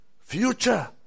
future